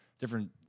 different